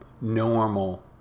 normal